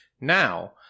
Now